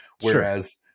whereas